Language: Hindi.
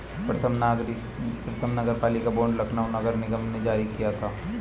प्रथम नगरपालिका बॉन्ड लखनऊ नगर निगम ने जारी किया था